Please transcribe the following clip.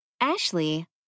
Ashley